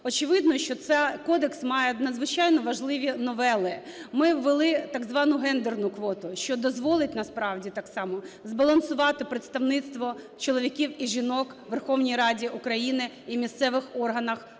Очевидно, що цей кодекс має надзвичайно важливі новели. Ми ввели так звану гендерну квоту, що дозволить насправді так само збалансувати представництво чоловіків і жінок у Верховній Раді України і місцевих органах влади.